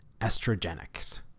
estrogenics